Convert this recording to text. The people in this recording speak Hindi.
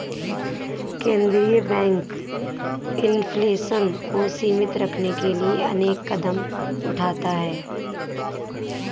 केंद्रीय बैंक इन्फ्लेशन को सीमित रखने के लिए अनेक कदम उठाता है